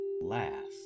last